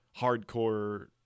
hardcore